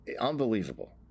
Unbelievable